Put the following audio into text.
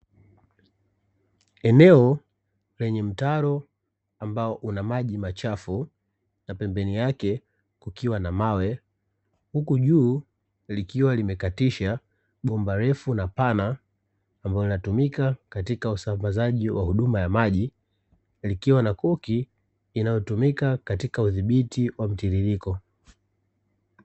Eneo lenye mtaro ambao una maji machafu na pembeni yake kukiwa na mawe, huku juu likiwa limekatisha bomba refu na pana ambalo linatumika katika usambazaji wa huduma ya maji, likiwa na koki inayotumika katika udhibiti wa mtiririko.